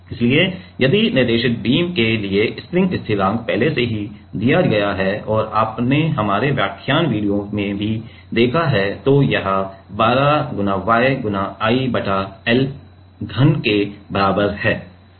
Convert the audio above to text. इसलिए यदि निर्देशित बीम के लिए स्प्रिंग स्थिरांक पहले से ही दिया गया है और आपने हमारे व्याख्यान वीडियो से भी देखा है तो यह 12 Y I बटा l घन है